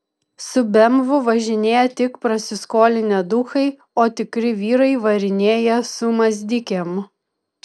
su bemvu važinėja tik prasiskolinę duchai o tikri vyrai varinėja su mazdikėm